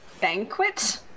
Banquet